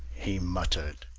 he muttered.